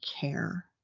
care